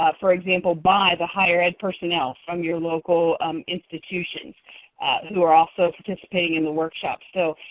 ah for example, by the higher ed personnel from your local institutions who are also participating in the workshops. so,